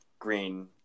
green